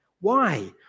Why